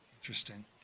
Interesting